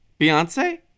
Beyonce